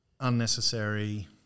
unnecessary